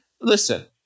listen